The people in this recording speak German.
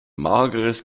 mageres